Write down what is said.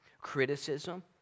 criticism